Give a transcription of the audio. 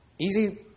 easy